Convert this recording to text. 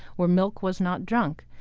where milk was not drunk.